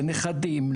לנכדים,